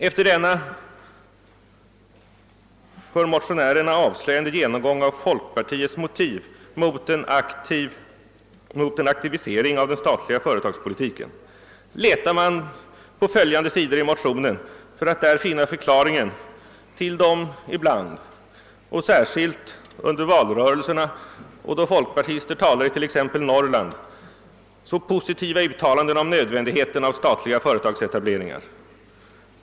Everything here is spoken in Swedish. Efter denna för motionärerna avslöjande genomgång av folkpartiets motiv mot en aktivisering av den statliga företagspolitiken letar man på följande sidor i motionen för att där finna förklaringen till de ibland — särskilt under valrörelserna och då folkpartister talar i t.ex. Norrland — så positiva uttalandena om nödvändigheten av statliga företagsetableringar.